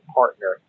partner